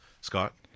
Scott